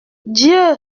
dieu